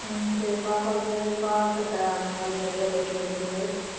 ம் சரி பாப்பாவுக்கு பாவாடை சட்டை அந்தமாதிரி நிறையா தைக்க வேண்டியது இருக்குது